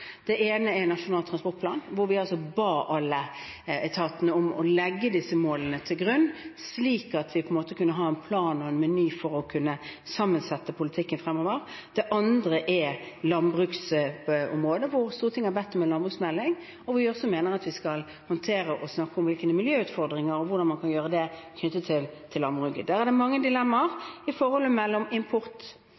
ene er Nasjonal transportplan, hvor vi altså ba alle etatene om å legge disse målene til grunn, slik at vi på en måte kunne ha en plan og en meny for å kunne sette sammen politikken fremover. Det andre er landbruksområdet, hvor Stortinget har bedt om en landbruksmelding, og hvor vi også mener at vi skal håndtere og snakke om miljøutfordringer og hvordan man kan gjøre det når det gjelder landbruket. Der er det mange dilemmaer